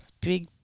big